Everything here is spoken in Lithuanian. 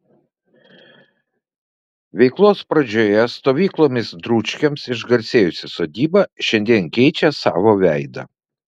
veiklos pradžioje stovyklomis dručkiams išgarsėjusi sodyba šiandien keičia savo veidą